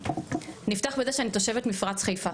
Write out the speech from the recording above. נפתח בזה שאני תושבת מפרץ חיפה,